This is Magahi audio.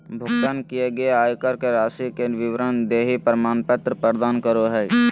भुगतान किए गए आयकर के राशि के विवरण देहइ प्रमाण पत्र प्रदान करो हइ